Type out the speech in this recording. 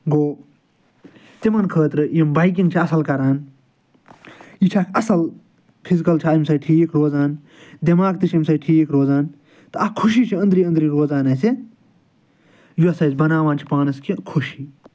گوٚو تِمَن خٲطرٕ یِم بایکِنٛگ چھِ اَصٕل کران یہِ چھِ اَکھ اَصٕل فِزکَل چھِ أمۍ سۭتۍ ٹھیٖک روزان دٮ۪ماغ تہِ چھِ أمۍ سۭتۍ ٹھیٖک روزان تہٕ اَکھ خوشی چھِ أندری أندری روزان اَسہِ یۄس أسۍ بناوان چھِ پانَس کہ خوشی